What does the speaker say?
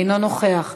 אינו נוכח,